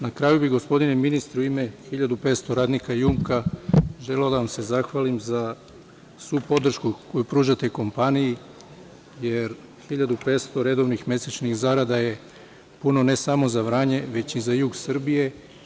Na kraju bih, gospodine ministre, u ime 1.500 radnika „Jumka“, želeo da vam se zahvalim za svu podršku koju pružate kompaniji, jer 1.500 redovnih mesečnih zarada je puno, ne samo za Vranje već i za jug Srbije.